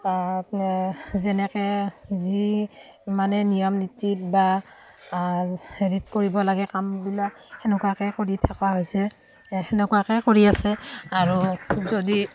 যেনেকৈ যি মানে নিয়ম নীতিত বা হেৰিত কৰিব লাগে কামবিলাক সেনেকুৱাকৈ কৰি থকা হৈছে সেনেকুৱাকৈ কৰি আছে আৰু যদি